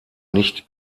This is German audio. nicht